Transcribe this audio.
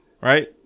Right